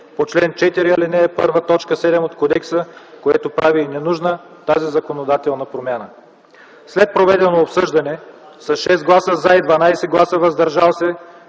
по чл. 4, ал.1, т. 7 от Кодекса, което прави ненужна тази законодателна промяна. След проведеното обсъждане с 6 гласа „за” и 12 гласа „въздържали се”